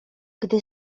gdy